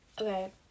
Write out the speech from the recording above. Okay